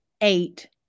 eight